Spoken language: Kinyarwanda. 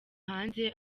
hanze